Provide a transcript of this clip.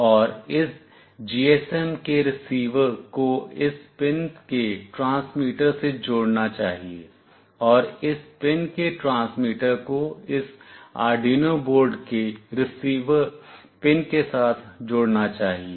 और इस GSM के रिसीवर को इस पिन के ट्रांसमीटर से जोड़ना चाहिए और इस पिन के ट्रांसमीटर को इस आर्डयूनो बोर्ड के रिसीवर पिन के साथ जोड़ना चाहिए